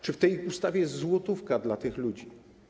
Czy w tej ustawie jest złotówka dla tych ludzi?